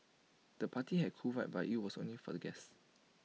the party had A cool vibe but IT was only for the guests